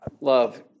love